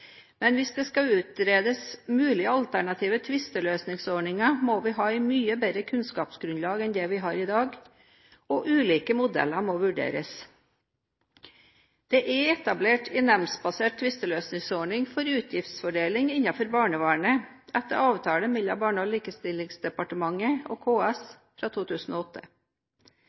men hvis det skal utredes mulige alternative tvisteløsningsordninger, må vi ha et mye bedre kunnskapsgrunnlag enn det vi har i dag, og ulike modeller må vurderes. Det er etablert en nemndbasert tvisteløsningsordning for utgiftsfordeling innenfor barnevernet etter avtale mellom Barne- og likestillingsdepartementet og KS fra 2008.